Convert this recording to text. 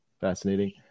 Fascinating